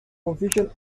confusion